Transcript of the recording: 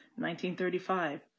1935